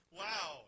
wow